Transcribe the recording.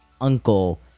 uncle